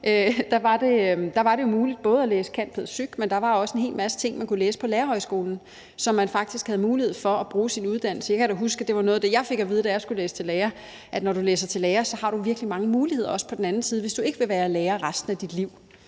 – var det jo muligt at læse cand.pæd.psych., men der var også en hel masse ting, man kunne læse på Lærerhøjskolen, så man faktisk havde en mulighed for at bruge sin uddannelse. Jeg kan da huske, at noget af det, jeg fik at vide, da jeg skulle læse til lærer, var, at når du læser til lærer, har du virkelig mange muligheder, også på den anden side, hvis du ikke vil være lærer resten af dit liv,